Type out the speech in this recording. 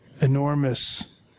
enormous